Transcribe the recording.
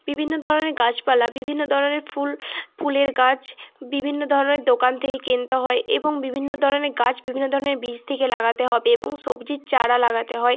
বিভিন্ন ধরনের গাছপালা বিভিন্ন ধরনের ফুল ফুলের গাছ বিভিন্ন ধরনের দোকান থেকে কিনতে হয় এবং বিভিন্ন ধরনের গাছ বিভিন্ন ধরনের বীজ থেকে লাগাতে হবে এবং সবজির চারা লাগাতে হয়